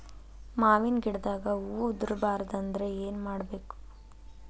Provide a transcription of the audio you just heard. ಮಾವಿನ ಗಿಡದಾಗ ಹೂವು ಉದುರು ಬಾರದಂದ್ರ ಏನು ಮಾಡಬೇಕು?